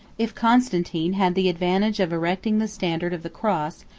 if constantine had the advantage of erecting the standard of the cross,